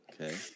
Okay